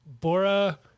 Bora